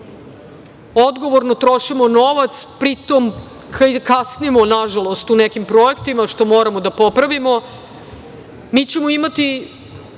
Odgovorno trošimo novac, pri tom kasnimo, nažalost, u nekim projektima, što moramo da popravimo. Mi ćemo imati